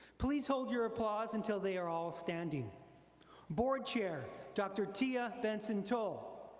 please hold your applause until they are all standing board chair, dr. tia benson tolle,